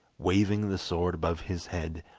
waving the sword above his head,